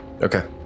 Okay